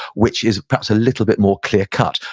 which is perhaps a little bit more clear cut.